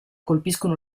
colpiscono